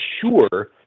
sure